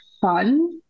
fun